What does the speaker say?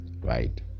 Right